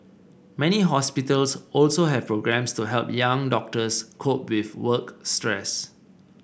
many hospitals also have programmes to help young doctors cope with work stress